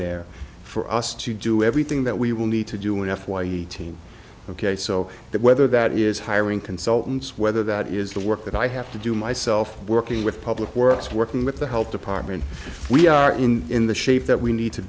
there for us to do everything that we will need to do in f y e t ok so that whether that is hiring consultants whether that is the work that i have to do myself working with public works working with the health department we are in in the shape that we need to